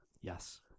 Yes